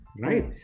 right